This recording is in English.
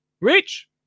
Rich